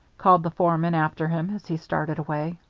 called the foreman after him as he started away.